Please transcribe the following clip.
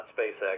SpaceX